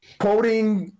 Quoting